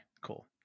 cool